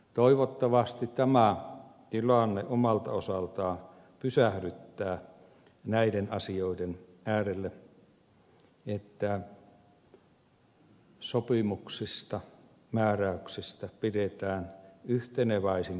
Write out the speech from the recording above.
toivottavasti tämä tilanne omalta osaltaan pysähdyttää näiden asioiden äärelle että sopimuksista määräyksistä pidetään yhteneväisin periaattein kiinni